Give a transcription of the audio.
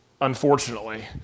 unfortunately